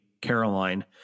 Caroline